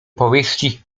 powieści